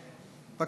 כן.